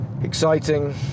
Exciting